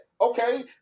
Okay